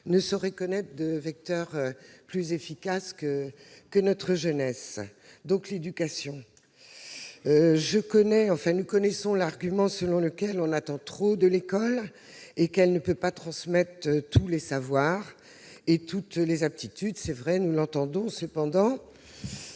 ne saurait connaître de vecteur plus efficace que notre jeunesse, et donc l'éducation. Nous connaissons l'argument selon lequel on attend trop de l'école, cette dernière ne pouvant transmettre tous les savoirs et toutes les aptitudes. Nous l'entendons, mais